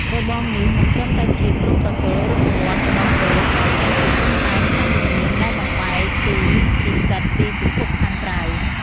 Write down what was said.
របងនេះមិនត្រឹមតែជាព្រំប្រទល់រូបវន្តប៉ុណ្ណោះទេ ថែមទាំងជាព្រំដែនខាងវិញ្ញាណដែលបំបែកទីពិសិដ្ឋពីពិភពខាងក្រៅ។